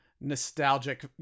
nostalgic